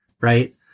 right